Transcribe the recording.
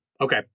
Okay